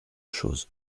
chose